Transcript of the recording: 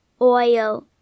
oil